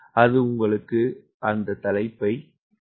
அது உங்களுக்கு அந்த தலைப்பை தருகிறது